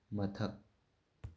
ꯃꯊꯛ